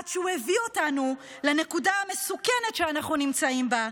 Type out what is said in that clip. עד שהוא הביא אותנו לנקודה המסוכנת שאנחנו נמצאים בה,